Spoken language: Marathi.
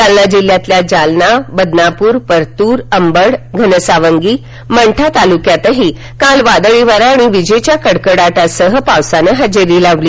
जालना जिल्ह्यातील जालना बदनापूर परतूर अंबड घनसावंगी मंठा तालुक्यातही काल वादळी वारा आणि विजेच्या कडकडाटासह पावसानं हजेरी लावली